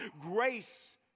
Grace